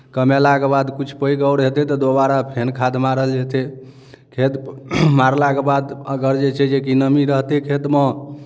कमेलाके बाद किछु पैघ आओर हेतै तऽ दोबारा फेर खाद मारल जेतै खेत मारलाके बाद अगर जे छै जे कि नमी रहतै खेतमे